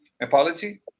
apology